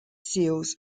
seals